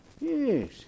Yes